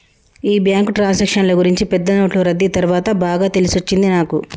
ఈ బ్యాంకు ట్రాన్సాక్షన్ల గూర్చి పెద్ద నోట్లు రద్దీ తర్వాత బాగా తెలిసొచ్చినది నాకు